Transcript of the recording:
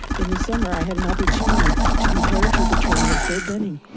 in the summer, i had an opportunity to do paratrooper training at fort benning,